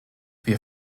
wir